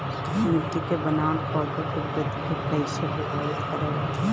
मिट्टी के बनावट पौधों की वृद्धि के कईसे प्रभावित करेला?